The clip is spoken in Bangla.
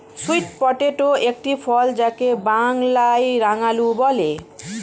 সুইট পটেটো একটি ফল যাকে বাংলায় রাঙালু বলে